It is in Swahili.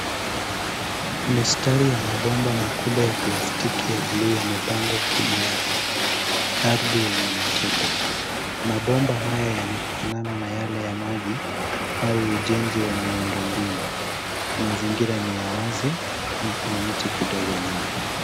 Mistari ya mabomba makubwa ya plastiki ya bluu yamepangwa kwenye ardhi; ardhi yenye matope. Mabomba haya yanafanana na yale ya maji au ujenzi wa miundombinu. Mazingira ni ya wazi na kuna miti kidogo nyuma.